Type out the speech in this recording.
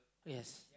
yes